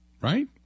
right